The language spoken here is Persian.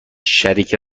شریک